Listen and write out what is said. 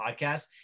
podcast